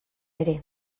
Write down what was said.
ere